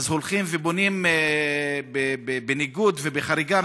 הולכים ובונים בניגוד ובחריגה.